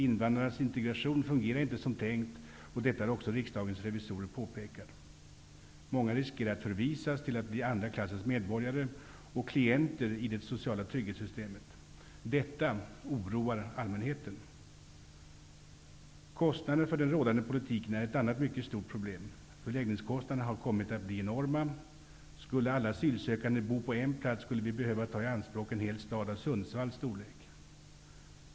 Invandrarnas integration fungerar inte som tänkt, och detta har också riksdagens revisorer påpekat. Många riskerar att förvisas till att bli andra klassens medborgare och klienter i det so ciala trygghetssystemet. Detta oroar allmänhe ten. Kostnaderna för den rådande politiken är ett annat mycket stort problem. Förläggningskostna derna har kommit att bli enorma. Skulle alla asyl sökande bo på en plats, skulle vi behöva ta i an språk en hel stad av Sundsvalls storlek.